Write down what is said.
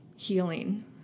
Healing